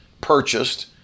purchased